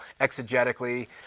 exegetically